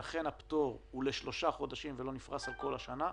שאכן הפטור הוא לשלושה חודשים ולא נפרס על כל השנה.